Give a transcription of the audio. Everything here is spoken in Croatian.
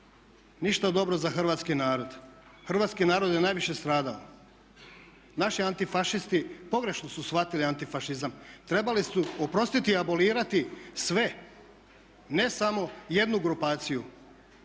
Ništa dobro za hrvatski narod. Hrvatski narod je najviše stradao. Naši antifašisti pogrešno su shvatili antifašizam. Trebali su oprostiti i abolirati sve ne samo jednu grupaciju,